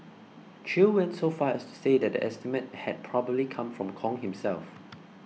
Chew went so far as to say that the estimate had probably come from Kong himself